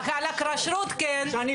הקלעים.